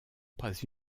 pas